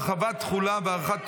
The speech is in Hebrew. הרחבת תחולה והארכת תוקף),